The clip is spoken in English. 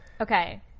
Okay